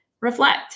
reflect